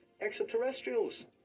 Extraterrestrials